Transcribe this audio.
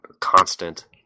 constant